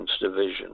Division